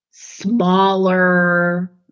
smaller